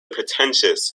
pretentious